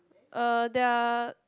uh there are